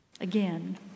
Again